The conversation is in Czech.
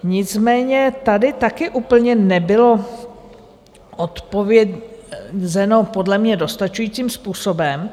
Nicméně tady taky úplně nebylo odpovězeno podle mě dostačujícím způsobem.